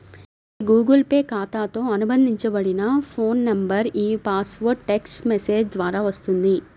మీ Google Pay ఖాతాతో అనుబంధించబడిన phone నంబర్కు ఈ పాస్వర్డ్ టెక్ట్స్ మెసేజ్ ద్వారా వస్తుంది